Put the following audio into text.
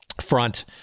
front